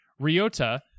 ryota